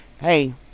hey